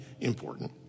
important